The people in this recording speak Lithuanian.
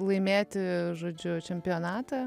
laimėti žodžiu čempionatą